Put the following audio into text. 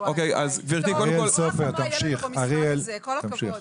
אני כבר רואה מה יהיה לנו במשרד הזה, כל הכבוד.